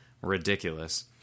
ridiculous